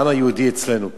לעם היהודי אצלנו פה.